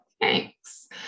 thanks